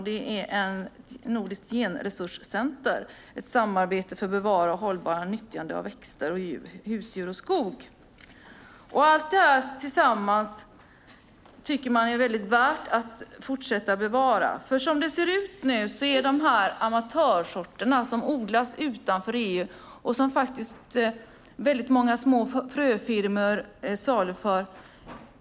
Det är ett nordiskt genresurscentrum, ett samarbete för bevarande och hållbart nyttjande av växter, husdjur och skog. Allt detta tycker man att det är värt att fortsätta att bevara. Det är inte säkert att vi längre kommer att ha tillgång till alla amatörsorter som odlas utanför EU och som många små fröfirmor saluför.